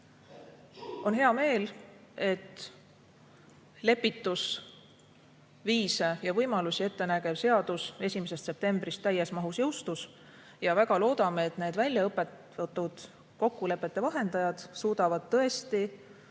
On hea meel, et lepitusviise ja võimalusi ette nägev seadus 1. septembrist täies mahus jõustus. Väga loodame, et need välja õpetatud kokkulepete vahendajad suudavad tõesti